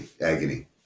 agony